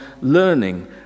learning